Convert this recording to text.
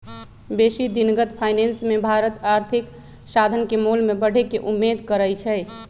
बेशी दिनगत फाइनेंस मे भारत आर्थिक साधन के मोल में बढ़े के उम्मेद करइ छइ